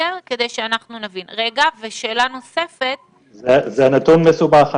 זה נתון מסובך,